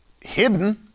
hidden